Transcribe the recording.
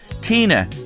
Tina